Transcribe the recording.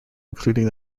including